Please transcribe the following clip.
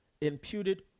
imputed